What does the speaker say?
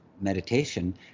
meditation